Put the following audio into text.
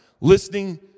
listening